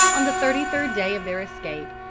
on the thirty-third day of their escape,